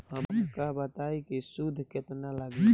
हमका बताई कि सूद केतना लागी?